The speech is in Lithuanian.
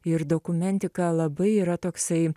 ir dokumentika labai yra toksai